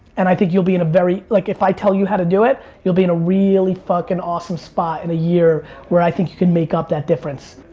and i think you'll be in a very. like, if i tell you how to do it, you'll be in a really fuckin' awesome spot in a year where i think you can make up that difference.